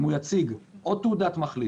אם הוא יציג או תעודת מחלים